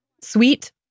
sweet